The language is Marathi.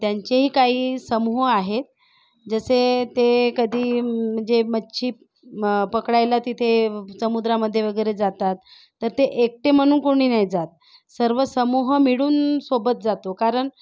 त्यांचेही काही समूह आहेत जसे ते कधी म्हणजे मच्छी पकडायला तिथे समुद्रामध्ये वगैरे जातात तर ते एकटे म्हणून कोणी नाही जात सर्व समूह मिळून सोबत जातो कारण